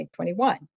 2021